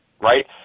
right